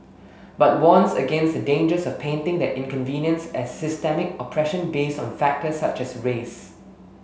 but warns against the dangers of painting that inconvenience as systemic oppression based on factors such as race